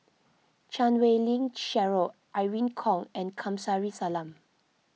Chan Wei Ling Cheryl Irene Khong and Kamsari Salam